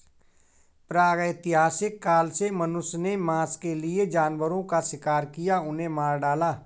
प्रागैतिहासिक काल से मनुष्य ने मांस के लिए जानवरों का शिकार किया, उन्हें मार डाला